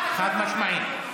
חד-משמעית.